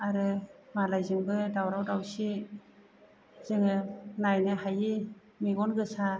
आरो मालायजोंबो दावराव दावसि जोङो नायनो हायि मेगन गोसा